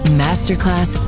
masterclass